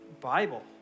Bible